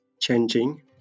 changing